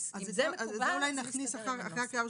אז אולי נכניס את זה אחרי הקריאה הראשונה,